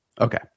Okay